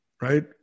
right